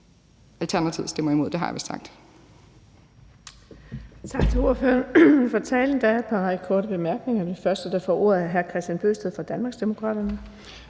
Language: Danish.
Alternativet stemmer imod; det har jeg vist sagt.